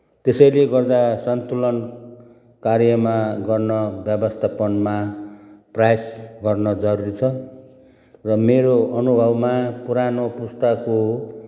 त्यसैले गर्दा सन्तुलन कार्यमा गर्न व्यवस्थापनमा प्रयास गर्न जरुरी छ र मेरो अनुभवमा पुरानो पुस्ताको